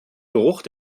geruch